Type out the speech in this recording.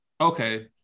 Okay